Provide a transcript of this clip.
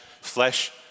Flesh